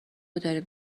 داریم